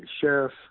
sheriff